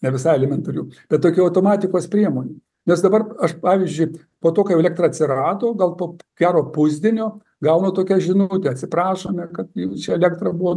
nevisai elementarių bet tokių automatikos priemonių nes dabar aš pavyzdžiui po to kai jau elektra atsirado gal po gero pusdienio gaunu tokią žinutę atsiprašome kad jum čia elektra buvo